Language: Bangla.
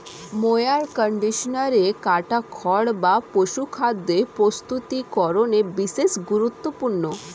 মোয়ার কন্ডিশনারে কাটা খড় বা পশুখাদ্য প্রস্তুতিকরনে বিশেষ গুরুত্বপূর্ণ